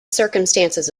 circumstances